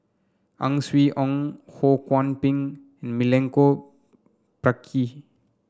Ang Swee Aun Ho Kwon Ping Milenko Prvacki